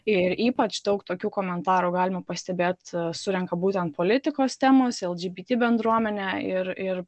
ir ypač daug tokių komentarų galima pastebėt surenka būtent politikos temos lgbt bendruomenę ir ir